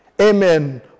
Amen